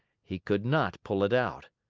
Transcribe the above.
he could not pull it out.